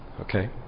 okay